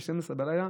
ב-24:00,